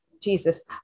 Jesus